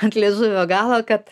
ant liežuvio galo kad